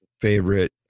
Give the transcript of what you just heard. favorite